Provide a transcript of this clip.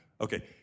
Okay